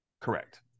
Correct